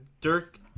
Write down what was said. Dirk